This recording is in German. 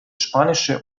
spanische